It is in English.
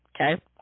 Okay